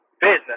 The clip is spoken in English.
business